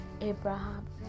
Abraham